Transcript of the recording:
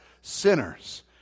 sinners